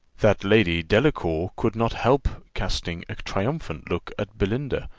that lady delacour could not help casting a triumphant look at belinda,